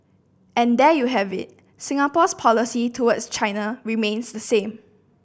and there you have it Singapore's policy towards China remains the same